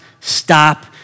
stop